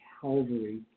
Calvary